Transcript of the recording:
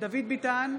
דוד ביטן,